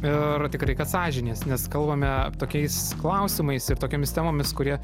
ir tikrai kad sąžinės nes kalbame tokiais klausimais ir tokiomis temomis kurie